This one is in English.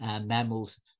mammals